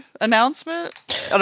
announcement